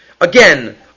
Again